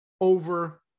over